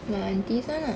my aunties [one] lah